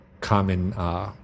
common